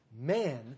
Man